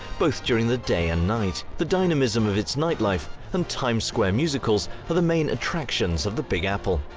both during the day and night. the dynamism of its nightlife and times square musicals are the main attractions of the big apple.